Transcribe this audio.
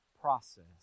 process